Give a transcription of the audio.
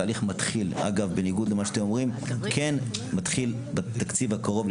התהליך מתחיל בניגוד למה שאתם אומרים כן מתחיל בתקציב הקרוב,